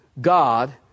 God